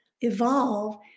evolve